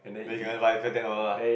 then you go and buy five ten dollar lah